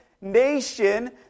nation